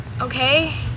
okay